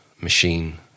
machine